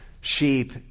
sheep